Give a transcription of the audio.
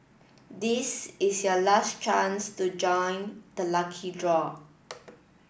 this is your last chance to join the lucky draw